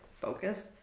focus